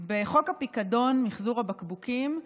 בחוק הפיקדון, מחזור הבקבוקים,